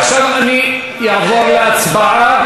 עכשיו אני אעבור להצבעה,